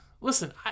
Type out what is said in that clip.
listen